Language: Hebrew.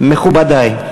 מכובדי,